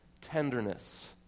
tenderness